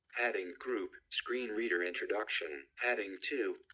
heading? group. screen reader introduction. heading two.